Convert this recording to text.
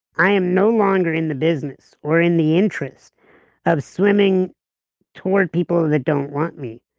i am no longer in the business or in the interest of swimming toward people that don't want me.